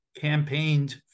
campaigned